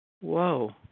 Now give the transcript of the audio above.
Whoa